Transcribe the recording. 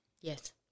Yes